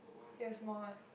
he has more what